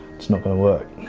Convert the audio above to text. it's no going to work.